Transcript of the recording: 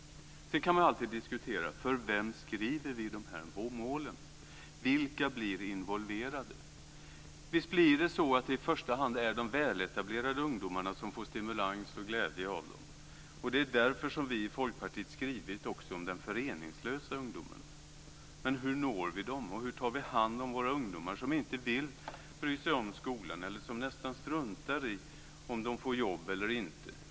Sedan kan man alltid diskutera för vem vi skriver de här målen. Vilka blir involverade? Visst blir det så att det i första hand är de väletablerade ungdomarna som får stimulans och glädje av dem. Det är därför som vi i Folkpartiet har skrivit också om den föreningslösa ungdomen. Men hur når vi den, och hur tar vi hand om de ungdomar som inte vill bry sig om skolan eller som nästan struntar i om de får jobb eller inte?